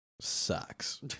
sucks